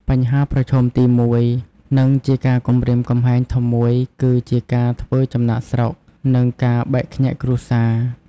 បញ្ហាប្រឈមទីមួយ និងជាការគំរាមកំហែងធំមួយ គឺ ការធ្វើចំណាកស្រុក និងការបែកខ្ញែកគ្រួសារ។